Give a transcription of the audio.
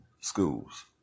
schools